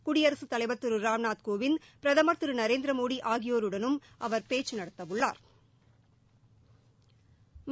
குடியரசுத் தலைவர் திரு ராம்நாத்கோவிந்த் பிரதமர் திரு நரேந்திரமோடி ஆகியோருடனும் அவர் பேச்சு நடத்தவுள்ளா்